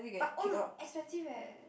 but own a expensive eh